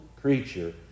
creature